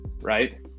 right